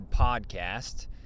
podcast